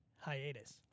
hiatus